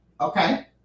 Okay